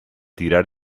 tirar